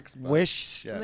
wish